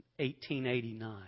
1889